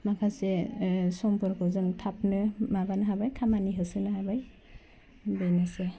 माखासे ओह समफोरखौ जों थाबनो माबानो हाबाय खामानि होसोनो हाबाय बेनोसै